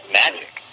magic